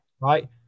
Right